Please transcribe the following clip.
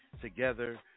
together